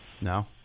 No